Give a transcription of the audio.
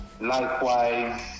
likewise